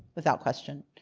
without question.